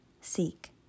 seek